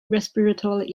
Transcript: respiratory